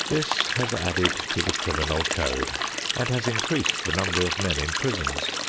this has added to the criminal code and has increased the number of men in prisons.